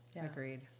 Agreed